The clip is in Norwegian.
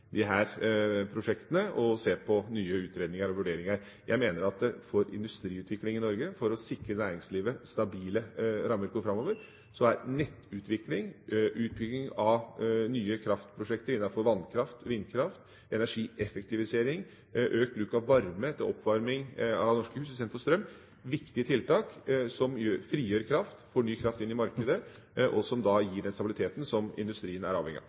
prosjektene og se på nye utredninger og vurderinger. Jeg mener at for industriutviklinga i Norge og for å sikre næringslivet stabile rammevilkår framover er nettutvikling, utbygging av nye kraftprosjekter innenfor vannkraft, vindkraft, energieffektivisering og økt bruk av varme til oppvarming av norske hus istedenfor strøm viktige tiltak som frigjør kraft, får ny kraft inn i markedet, og som da gir den stabiliteten som industrien er avhengig av.